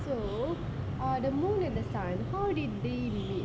so ah the moon and the sun how did they meet